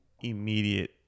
immediate